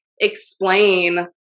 explain